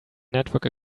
network